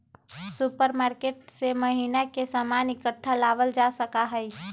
supermarket से महीना के सामान इकट्ठा लावल जा सका हई